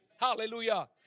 Hallelujah